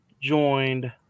joined